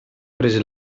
prese